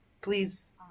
please